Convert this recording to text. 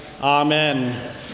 Amen